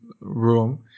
room